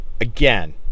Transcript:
Again